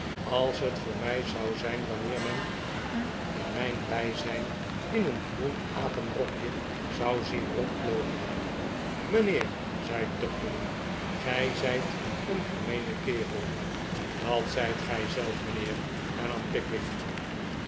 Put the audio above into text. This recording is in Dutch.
als het voor mij zou zijn wanneer men u in mijn bijzijn in een groen apenrokje zou zien rondloopen mijnheer zei tupman gij zijt een gemeene kerel dat zijt gij zelf mijnheer hernam pickwick